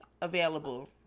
available